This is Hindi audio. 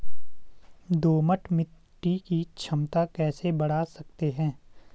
दोमट मिट्टी की क्षमता कैसे बड़ा सकते हैं?